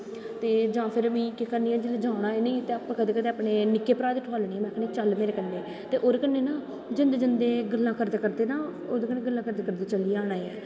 जां फिर में केह् करनी आं जिसलै जाना होऐ नी अपने निक्के भ्रा गी ठुआली ओड़नी होन्नी आं आक्खनी होन्नी आं चल मेरे कन्नै ते ओह्दे कन्नै ना जंदे जन्दे गल्लैं करदे ओह्दे कन्नै गल्ला करदे करदे चली जाना ऐ